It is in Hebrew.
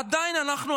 עדיין אנחנו,